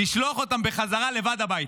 לשלוח אותם בחזרה לבד הביתה?